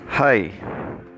Hi